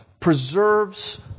preserves